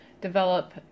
develop